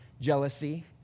jealousy